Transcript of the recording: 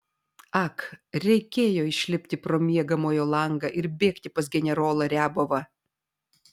ak reikėjo išlipti pro miegamojo langą ir bėgti pas generolą riabovą